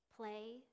Play